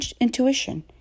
intuition